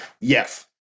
Yes